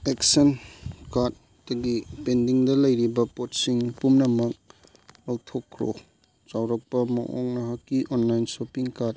action ꯀꯥꯔꯠꯇꯒꯤ ꯄꯦꯟꯗꯤꯡꯗ ꯂꯩꯔꯤꯕ ꯄꯣꯠꯁꯤꯡ ꯄꯨꯝꯅꯃꯛ ꯂꯧꯊꯣꯛꯈ꯭ꯔꯣ ꯆꯥꯎꯔꯥꯛꯄ ꯃꯑꯣꯡ ꯉꯍꯥꯛꯀꯤ ꯑꯣꯟꯂꯥꯏꯟ ꯁꯣꯞꯄꯤꯡ ꯀꯥꯔꯠ